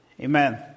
Amen